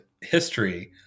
history